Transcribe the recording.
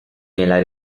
nella